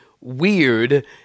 weird